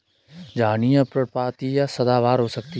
झाड़ियाँ पर्णपाती या सदाबहार हो सकती हैं